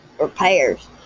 Repairs